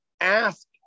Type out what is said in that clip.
Ask